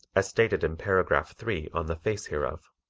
as stated in paragraph three on the face hereof.